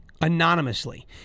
anonymously